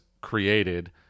created